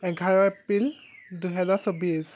এঘাৰ এপ্ৰিল দুহেজাৰ চৌবিছ